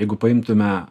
jeigu paimtume